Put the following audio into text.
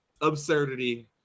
absurdity